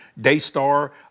Daystar